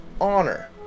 honor